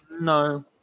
No